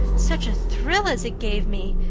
such a thrill as it gave me!